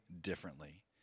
differently